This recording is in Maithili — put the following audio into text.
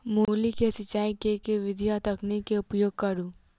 मूली केँ सिचाई केँ के विधि आ तकनीक केँ उपयोग करू?